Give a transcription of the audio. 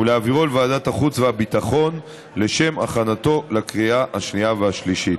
ולהעבירו לוועדת החוץ והביטחון לשם הכנתו לקריאה השנייה והשלישית.